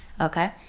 okay